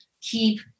keep